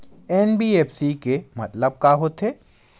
NBFC के मतलब का होथे?